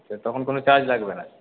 আচ্ছা তখন কোনো চার্জ লাগবে না